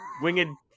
winged